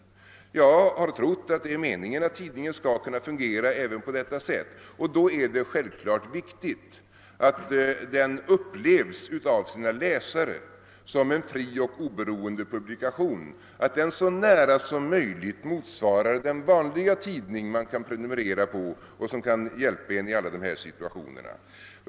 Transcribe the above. Jag har trott att det är meningen att tidningen skall kunna fungera även på detta sätt, och då är det självfallet viktigt att den av sina läsare upplevs som en fri och oberoende publikation, att den så nära som möjligt motsvarar den vanliga tidning man kan prenumerera på och som kan hjälpa en i alla dessa situationer.